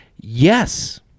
Yes